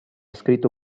scritto